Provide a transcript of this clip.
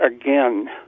again